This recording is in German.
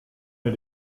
mir